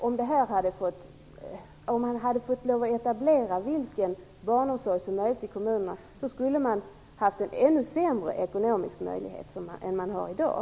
Om man hade fått lov till etablering av vilken barnomsorg som helst i kommunerna, skulle de ekonomiska möjligheterna ha varit ännu sämre än i dag.